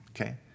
Okay